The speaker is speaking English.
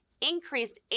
increased